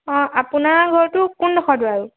অঁ আপোনাৰ ঘৰটো কোনডোখৰত বাৰু